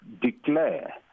declare